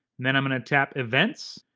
then i'm gonna tap events,